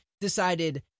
decided